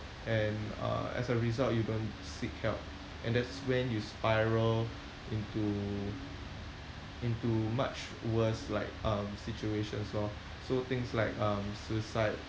and uh as a result you don't seek help and that's when you spiral into into much worse like um situations lor so things like um suicide